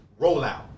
rollout